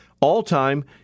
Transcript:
all-time